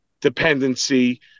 dependency